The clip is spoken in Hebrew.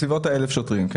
1,000. בסביבות 1,000 שוטרים.